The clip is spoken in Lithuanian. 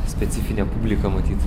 specifinę publiką matyt